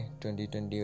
2020